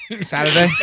Saturday